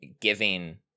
giving